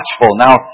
Now